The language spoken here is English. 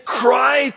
cry